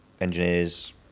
engineers